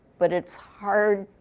but it's hard.